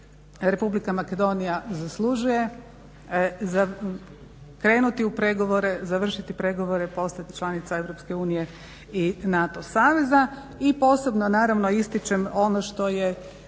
Republika Makedonija zaslužuje krenuti u pregovore, završiti pregovore, postati članica EU i NATO saveza. I posebno naravno ističem ono što je